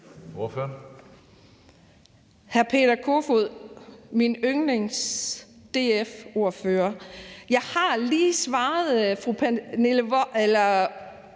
(M): Hr. Peter Kofod, min yndlings-DF-ordfører, jeg har lige svaret fru Pernille Vermund